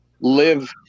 live